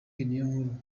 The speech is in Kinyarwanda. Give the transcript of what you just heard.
niyonkuru